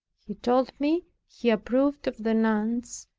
he told me, he approved of the nuns,